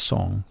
Song